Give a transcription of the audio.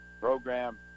program